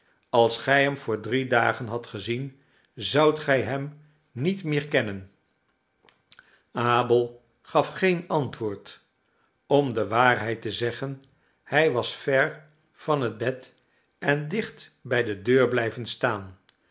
als gij hem voor drie dagen hadt gezien zoudt gij hem niet meer kennen abel gaf geen antwoord om de waarheid te zeggen hij was ver van het bed en dicht bij de deur blijven staan